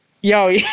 yo